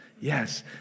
yes